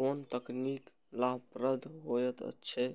कोन तकनीक लाभप्रद होयत छै?